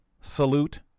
Salute